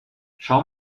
schau